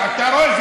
לוחץ אותנו.